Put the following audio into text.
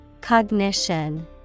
Cognition